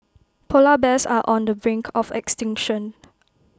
Polar Bears are on the brink of extinction